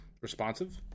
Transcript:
responsive